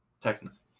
Texans